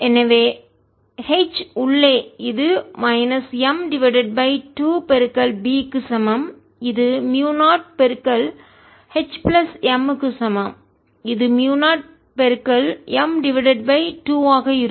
எனவே H உள்ளேஇது minus M divided by 2 B க்கு சமம் இது மியூ0 H பிளஸ் M க்கு சமம்இது மியூ0 M டிவைடட் பை 2 ஆக இருக்கும்